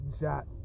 shots